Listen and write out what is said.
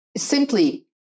simply